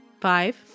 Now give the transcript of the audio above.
five